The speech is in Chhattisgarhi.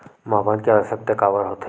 मापन के आवश्कता काबर होथे?